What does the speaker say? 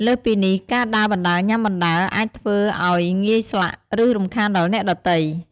លើសពីនេះ ការដើរបណ្តើរញ៉ាំបណ្តើរ អាចធ្វើឲ្យងាយស្លាក់ ឬរំខានដល់អ្នកដទៃ។